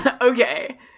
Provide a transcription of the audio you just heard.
okay